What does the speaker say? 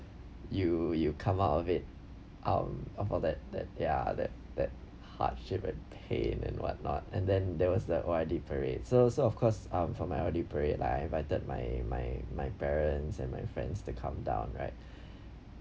you you come out of it out of all that that ya that that hardship and pain and then what not and then there was that O_R_D parade so so of course um for my O_R_D parade like I invited my my my parents and my friends to come down right